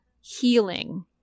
healing